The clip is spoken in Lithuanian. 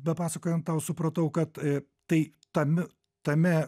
bepasakojant tau supratau kad e tai tamiu tame